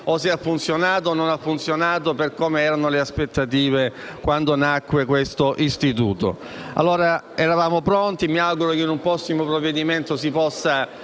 o, se ha funzionato, non ha funzionato secondo le aspettative di quando nacque questo istituto. Eravamo pronti e mi auguro che in un prossimo provvedimento si possa